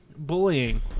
Bullying